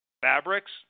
Fabrics